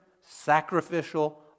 sacrificial